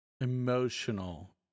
emotional